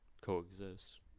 coexist